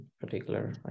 particular